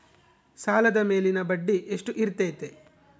ಸಾಲದ ಮೇಲಿನ ಬಡ್ಡಿ ಎಷ್ಟು ಇರ್ತೈತೆ?